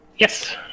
Yes